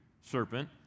serpent